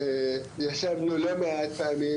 ישבנו לא מעט פעמים,